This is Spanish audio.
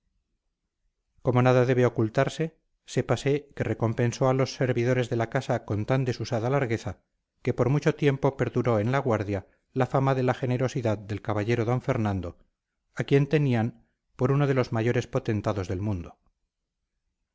como nada debe ocultarse sépase que recompensó a los servidores de la casa con tan desusada largueza que por mucho tiempo perduró en la guardia la fama de la generosidad del caballero don fernando a quien tenían por uno de los mayores potentados del mundo